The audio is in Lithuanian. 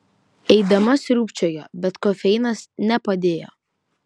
eidama sriūbčiojo bet kofeinas nepadėjo